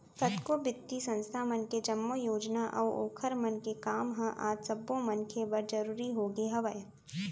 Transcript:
कतको बित्तीय संस्था मन के जम्मो योजना अऊ ओखर मन के काम ह आज सब्बो मनखे बर जरुरी होगे हवय